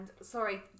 sorry